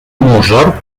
mozart